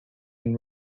and